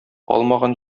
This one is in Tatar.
алмаган